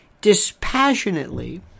dispassionately